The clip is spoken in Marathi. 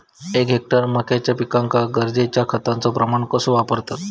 एक हेक्टर मक्याच्या पिकांका गरजेच्या खतांचो प्रमाण कसो वापरतत?